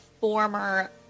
former